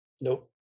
Nope